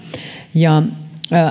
ja